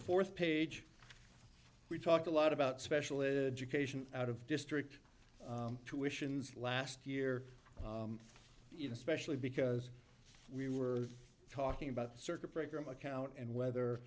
fourth page we talked a lot about special education out of district tuitions last year even especially because we were talking about circuit breaker mccown and whether